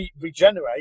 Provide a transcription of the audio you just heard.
regenerate